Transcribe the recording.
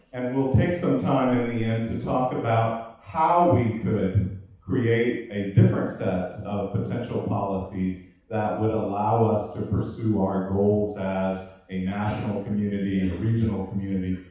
we'll take some time in the end to talk about how we could create a different set of potential policies that would allow us pursue our goals as a national community, a regional community,